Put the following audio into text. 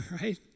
right